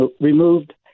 removed